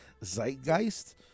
zeitgeist